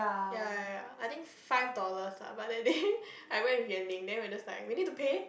ya ya ya I think five dollars lah but that day I went with Yan Ling then we were just like we need to pay